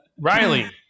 Riley